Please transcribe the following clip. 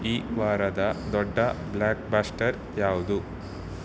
ಈ ವಾರದ ದೊಡ್ಡ ಬ್ಲ್ಯಾಕ್ಬಸ್ಟರ್ ಯಾವುದು